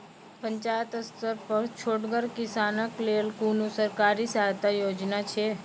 पंचायत स्तर पर छोटगर किसानक लेल कुनू सरकारी सहायता योजना छै?